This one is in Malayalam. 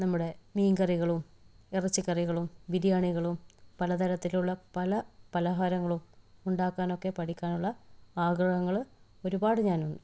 നമ്മുടെ മീന് കറികളും ഇറച്ചി കറികളും ബിരിയാണികളും പലതരത്തിലുള്ള പല പലഹാരങ്ങളും ഉണ്ടാക്കാനൊക്കെ പഠിക്കാനുള്ള ആഗ്രഹങ്ങൾ ഒരുപാട് ഞാൻ